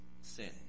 sin